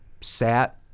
sat